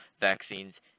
vaccines